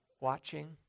watching